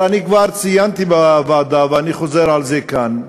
אבל כבר ציינתי בוועדה ואני חוזר על זה כאן: